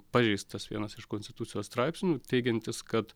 pažeistas vienas iš konstitucijos straipsnių teigiantis kad